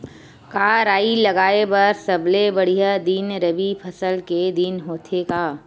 का राई लगाय बर सबले बढ़िया दिन रबी फसल के दिन होथे का?